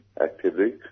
activity